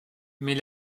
mais